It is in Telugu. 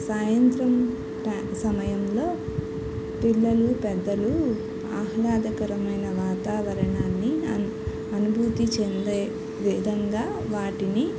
సాయంత్రం ట సమయంలో పిల్లలు పెద్దలు ఆహ్లాదకరమైన వాతావరణాన్ని అన్ అనుభూతి చెందే విధంగా వాటిని